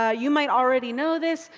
ah you might already know this,